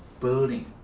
Building